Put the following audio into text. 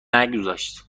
نگذاشت